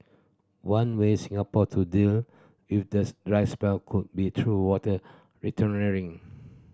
one way Singapore to deal with this dry spell could be through water